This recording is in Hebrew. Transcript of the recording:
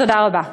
תודה רבה.